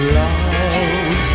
love